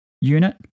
unit